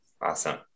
awesome